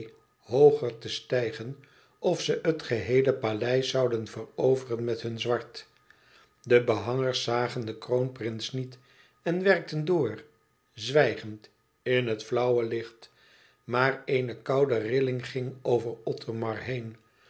hooger te stijgen of ze het geheele paleis zouden veroveren met hun zwart de behangers zagen den kroonprins niet en werkten door zwijgend in het flauwe licht maar eene koude rilling ging over othomar heen